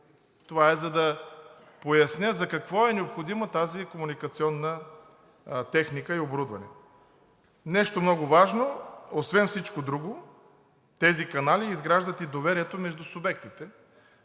Това е, за да поясня за какво е необходима тази комуникационна техника и оборудване. Нещо много важно, освен всичко друго, тези канали изграждат и доверието между субектите.